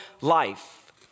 life